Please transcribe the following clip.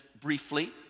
briefly